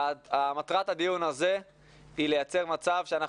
מטרת הדיון הזה היא לייצר מצב בו אנחנו